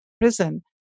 Prison